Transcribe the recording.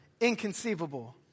inconceivable